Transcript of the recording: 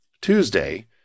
Tuesday